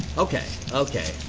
okay, okay.